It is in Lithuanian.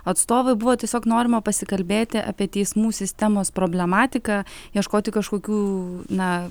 atstovai buvo tiesiog norima pasikalbėti apie teismų sistemos problematiką ieškoti kažkokių na